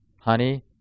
honey